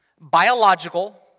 biological